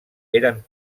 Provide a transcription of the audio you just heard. eren